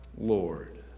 Lord